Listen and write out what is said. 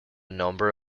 number